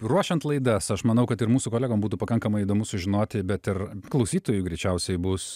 ruošiant laidas aš manau kad ir mūsų kolegom būtų pakankamai įdomu sužinoti bet ir klausytojui greičiausiai bus